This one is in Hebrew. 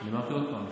אני אמרתי, עוד פעם.